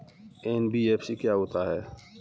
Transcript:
NBFC क्या होता है?